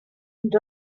and